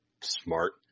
smart